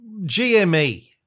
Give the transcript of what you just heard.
GME